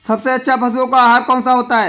सबसे अच्छा पशुओं का आहार कौन सा होता है?